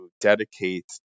dedicate